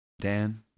Dan